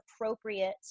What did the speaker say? appropriate